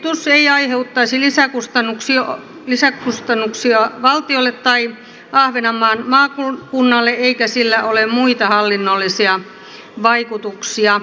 ehdotus ei aiheuttaisi lisäkustannuksia valtiolle tai ahvenanmaan maakunnalle eikä sillä ole muita hallinnollisia vaikutuksia